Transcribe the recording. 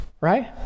right